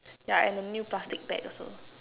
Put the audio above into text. yeah and the new plastic bag also